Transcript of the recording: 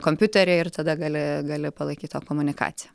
kompiutery ir tada gali gali palaikyt tą komunikaciją